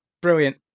Brilliant